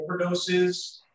overdoses